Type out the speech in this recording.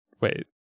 wait